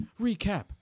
recap